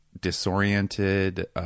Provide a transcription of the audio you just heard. disoriented